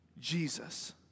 Jesus